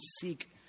seek